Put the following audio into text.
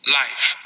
life